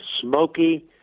smoky